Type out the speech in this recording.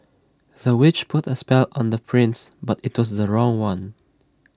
the witch put A spell on the prince but IT was the wrong one